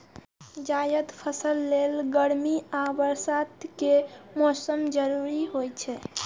जायद फसल लेल गर्मी आ बरसात के मौसम जरूरी होइ छै